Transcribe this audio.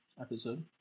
episode